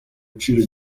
agaciro